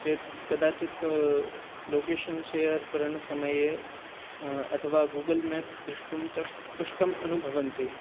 चेत् कदाचित् location share करणसमये अथवा गूगुल् मेप् द्रष्टुं च कष्टम् अनुभवन्ति